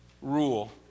Rule